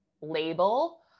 label